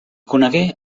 conegué